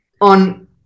on